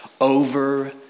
over